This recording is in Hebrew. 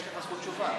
יש לך זכות תשובה.